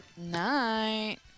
Night